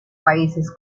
países